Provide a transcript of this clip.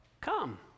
come